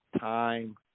time